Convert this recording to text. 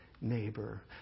Neighbor